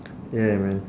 ya man